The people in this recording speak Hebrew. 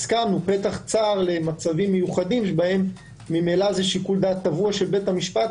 הסכמנו פתח צר למצבים מיוחדים שממילא זה שיקול דעת של בית המשפט,